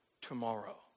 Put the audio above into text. tomorrow